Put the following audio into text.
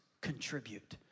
contribute